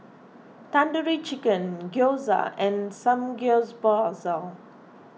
Tandoori Chicken Gyoza and Samgyeopsal